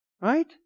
Right